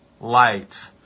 light